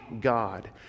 God